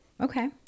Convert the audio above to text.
Okay